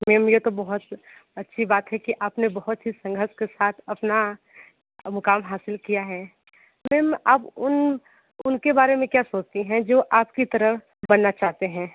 ma'am ये तो बहुत अच्छी बात है कि आपने बहुत ही संघर्ष के साथ अपना मुक़ाम हासिल किया है मैम आप उन उनके बारे में क्या सोचती हैं जो आपकी तरह बनना चाहते हैं